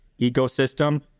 ecosystem